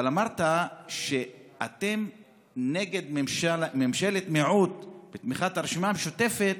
אבל אמרת שאתם נגד ממשלת מיעוט בתמיכת הרשימה המשותפת,